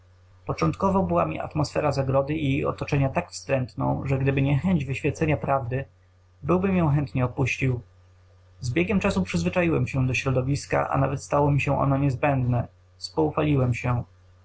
początkowo była mi atmosfera zagrody i jej otoczenia tak wstrętną że gdyby nie chęć wyświecenia prawdy byłbym ją chętnie opuścił z biegiem czasu przyzwyczaiłem się do środowiska a nawet stało mi się ono niezbędne spoufaliłem się